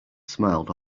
smiled